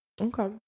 Okay